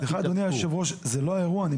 סליחה, אדוני היושב-ראש, זה לא האירוע.